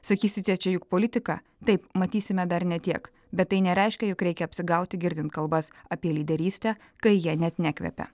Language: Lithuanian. sakysite čia juk politika taip matysime dar ne tiek bet tai nereiškia jog reikia apsigauti girdint kalbas apie lyderystę kai ja net nekvepia